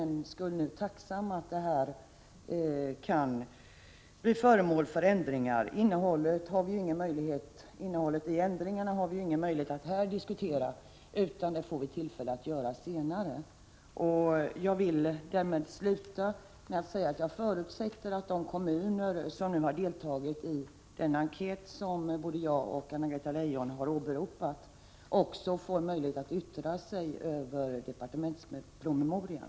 Jag är därför tacksam att lagen nu kan bli föremål för ändringar. Innehållet i ändringarna har vi inte möjlighet att nu diskutera, utan det får vi tillfälle att göra senare. Jag vill sluta med att säga att jag förutsätter att de kommuner som deltagit i den enkät som både Anna-Greta Leijon och jag har åberopat också får möjlighet att yttra sig över departementspromemorian.